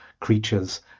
creatures